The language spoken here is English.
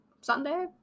Sunday